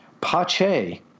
Pache